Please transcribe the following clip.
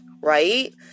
right